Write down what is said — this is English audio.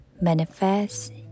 manifest